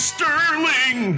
Sterling